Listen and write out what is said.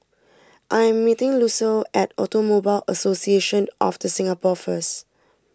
I am meeting Lucille at Automobile Association of the Singapore first